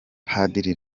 padiri